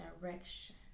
direction